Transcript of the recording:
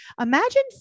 imagine